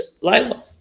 Lila